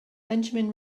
benjamin